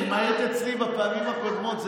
אם היית אצלי בפעמים הקודמות,